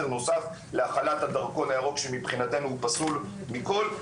נוסף להחלת הדרכון הירוק שמבחינתנו הוא פסול מכל.